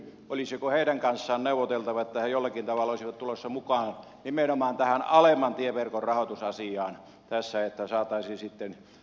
olisiko heidän kanssaan neuvoteltava että he jollakin olisivat tulossa mukaan nimenomaan tähän alemman tieverkon rahoitusasiaan että saataisiin sitten myös tänne sitä korjausta